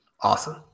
awesome